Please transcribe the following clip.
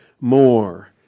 more